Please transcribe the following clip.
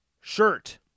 shirt